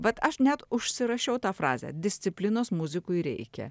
vat aš net užsirašiau tą frazę disciplinos muzikui reikia